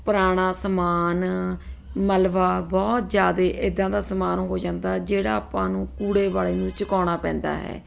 ਪੁਰਾਣਾ ਸਮਾਨ ਮਲਵਾ ਬਹੁਤ ਜ਼ਿਆਦਾ ਇੱਦਾਂ ਦਾ ਸਮਾਨ ਹੋ ਜਾਂਦਾ ਜਿਹੜਾ ਆਪਾਂ ਨੂੰ ਕੂੜੇ ਵਾਲੇ ਨੂੰ ਚੁਕਾਉਣਾ ਪੈਂਦਾ ਹੈ